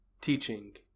Teaching